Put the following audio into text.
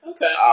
Okay